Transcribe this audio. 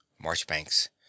Marchbanks